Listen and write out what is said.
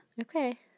Okay